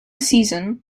season